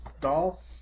doll